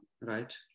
right